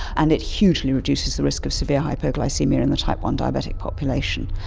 and it hugely reduces the risk of severe hypoglycaemia in the type one diabetic population.